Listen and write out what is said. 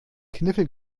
kniffel